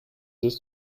this